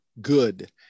good